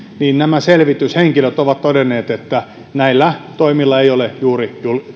nämä selvityshenkilöt ovat todenneet että näillä toimilla ei juuri